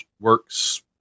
works